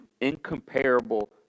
incomparable